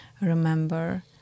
remember